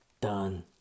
done